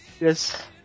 Yes